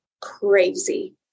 crazy